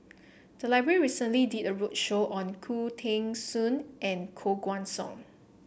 the library recently did a roadshow on Khoo Teng Soon and Koh Guan Song